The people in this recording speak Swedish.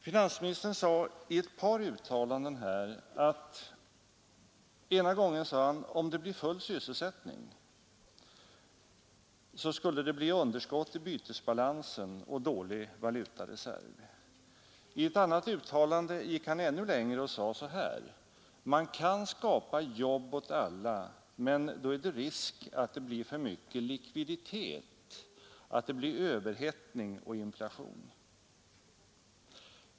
Finansministern sade att om det blir full sysselsättning skulle vi få ett underskott i bytesbalansen och dålig valutareserv. I ett annat uttalande gick han ännu längre och sade: Man kan skapa jobb åt alla, men då är det risk att likviditeten blir för stor, att det uppstår överhettning och inflation.